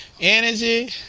energy